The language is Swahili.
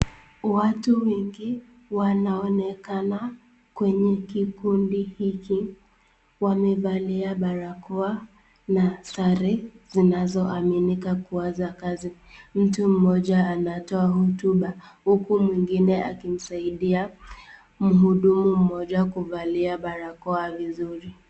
Watu wengi wanaonekana kwenye kikundi hiki wamevalia barakoa na sare zinazoaminika kuwa za kazi. Mtu mmoja anatoa hotuba huku mwingine akimsaidia mhudumu mmoja kuvalia barakoa vizuri.